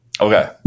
Okay